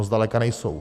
No zdaleka nejsou.